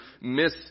miss